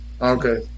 Okay